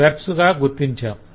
verbs ను గుర్తించాం